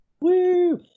Woo